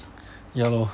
ya lor